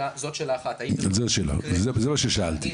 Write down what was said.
זה מה ששאלתי.